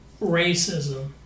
racism